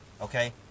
Okay